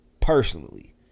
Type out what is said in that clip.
personally